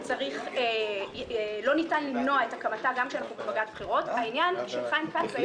שמדי פעם יוצאים בהצהרות גם על הדרה של הרשימה המשותפת ושל הקול הערבי.